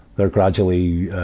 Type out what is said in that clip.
they're gradually,